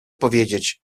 powiedzieć